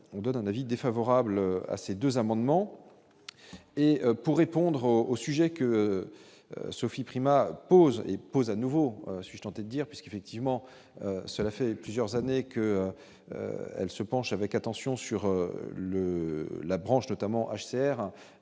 on donne un avis défavorable à ces 2 amendements et pour répondre au sujet que Sophie Primas pose et pose à nouveau sustenter dire puisqu'effectivement, cela fait plusieurs années que elle se penche avec attention. Sur le la branche notamment HCR